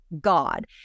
God